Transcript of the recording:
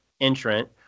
entrant